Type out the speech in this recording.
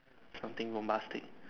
something bombastic